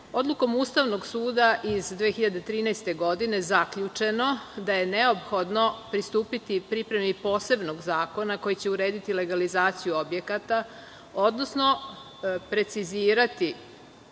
odlukom Ustavnog suda iz 2013. godine zaključeno je da je neophodno pristupiti pripremi posebnog zakona koji će urediti legalizaciju objekata, odnosno precizirati,